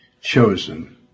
chosen